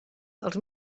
els